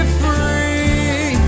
free